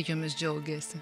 jumis džiaugėsi